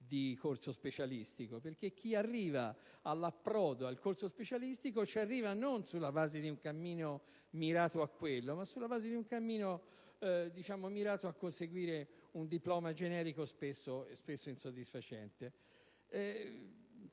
di corso specialistico, perché chi arriva all'approdo, al corso specialistico, lo fa non sulla base di un cammino mirato a quell'obiettivo, ma sulla base di un cammino mirato a conseguire un diploma generico e spesso insoddisfacente.